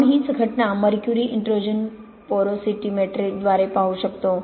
आपण हीच घटना मर्क्युरी इन्ट्रुजन पोरोसिमेट्रीद्वारे पाहू शकतो